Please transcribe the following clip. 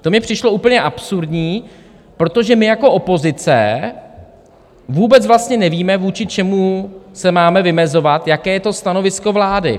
To mi přišlo úplně absurdní, protože my jako opozice vůbec vlastně nevíme, vůči čemu se máme vymezovat, jaké je stanovisko vlády.